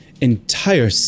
entire